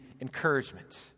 encouragement